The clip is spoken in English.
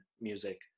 music